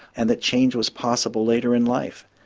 and that change was possible later in life.